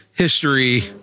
History